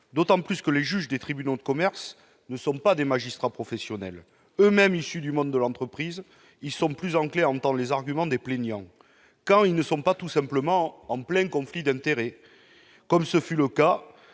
d'autant que les juges des tribunaux de commerce ne sont pas des magistrats professionnels : eux-mêmes issus du monde de l'entreprise, ils sont plus enclins à entendre les arguments des plaignants, quand ils ne sont pas tout simplement en plein conflit d'intérêts. Ce fut le cas